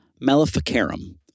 Maleficarum